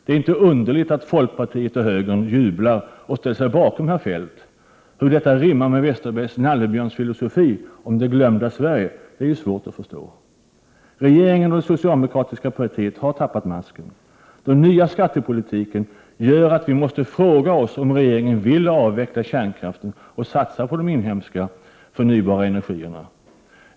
Det är inte underligt att folkpartiet och högern jublar och ställer sig bakom herr Feldt. Hur detta rimmar med Westerbergs ”nallebjörnsfilosofi” om det glömda Sverige är svårt att förstå. Regeringen och det socialdemokratiska partiet har tappat masken. Den nya skattepolitiken gör att vi måste fråga oss om regeringen vill avveckla kärnkraften och satsa på de inhemska förnybara energierna.